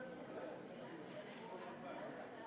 אנחנו עוברים,